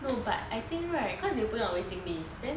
no but I think right cause they will put you on waiting list then